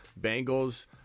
Bengals